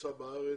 שנמצא בארץ.